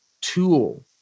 tool